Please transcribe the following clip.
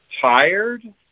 tired